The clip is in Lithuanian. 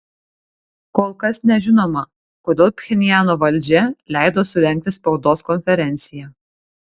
kol kas nežinoma kodėl pchenjano valdžia leido surengti spaudos konferenciją